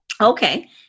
okay